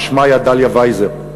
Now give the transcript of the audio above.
ושמה היה דליה וייזר.